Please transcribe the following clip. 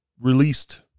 released